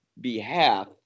behalf